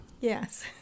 Yes